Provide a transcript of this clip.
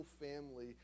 family